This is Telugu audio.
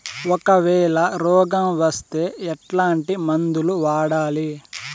ఒకవేల రోగం వస్తే ఎట్లాంటి మందులు వాడాలి?